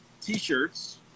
T-shirts